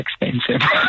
expensive